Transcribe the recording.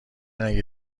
اگه